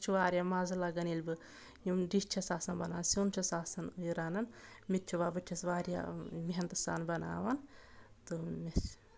مےٚ چھُ واریاہ مَزٕ لَگان ییٚلہِ بہٕ یِم ڈِش چھَس آسان بَنان سیُن چھَس یہِ آسان یہِ رَنان مےٚ تہِ چھُ بہٕ چھَس واریاہ محٔنتہٕ سان بناوان تہٕ مےٚ چھِ